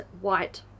White